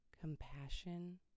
compassion